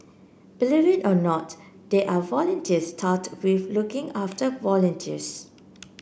believe it or not there are volunteers tasked with looking after volunteers